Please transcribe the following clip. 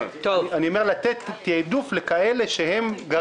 להיפך, אני אומר: לתת תיעדוף לאלה שגרים ומועסקים.